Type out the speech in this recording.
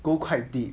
go quite deep